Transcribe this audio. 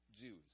Jews